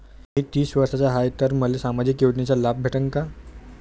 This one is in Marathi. मी तीस वर्षाचा हाय तर मले सामाजिक योजनेचा लाभ भेटन का?